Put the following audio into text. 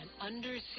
undersea